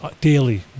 daily